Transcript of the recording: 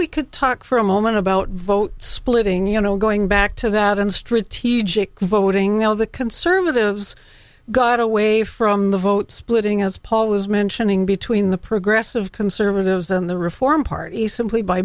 we could talk for a moment about vote splitting you know going back to that in strategic voting all the conservatives got away from the vote splitting as paul was mentioning between the progressive conservatives and the reform party simply by